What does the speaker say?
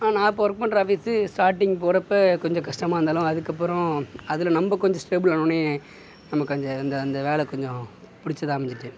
ஆனால் நான் இப்போ ஒர்க் பண்ணுற ஆஃபீஸு ஸ்டார்டிங் போறப்போ கொஞ்ச கஷ்டமாக இருந்தாலும் அதுக்கப்புறோம் அதில் நம்ப கொஞ்சம் ஸ்டேபிள் ஆனன்னே நமக்கு அந்த அந்த அந்த வேலக்கொஞ்சம் புடிச்சதாக அமைஞ்சிட்டு